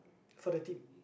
for the team